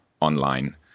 online